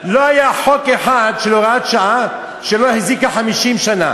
לא היה חוק אחד של הוראת שעה שלא החזיק 50 שנה.